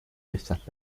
lihtsalt